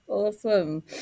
Awesome